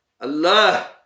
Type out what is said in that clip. Allah